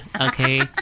okay